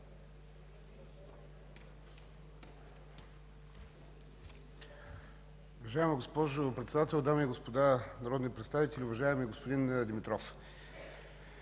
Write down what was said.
Уважаема госпожо Председател, дами и господа народни представители! Уважаеми господин Димитров,